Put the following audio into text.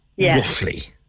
roughly